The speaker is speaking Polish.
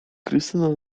krystyna